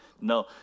No